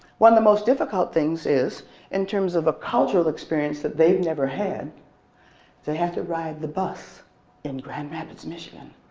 one of the most difficult things is in terms of a cultural experience that they've never had is to have to ride the bus in grand rapids, michigan.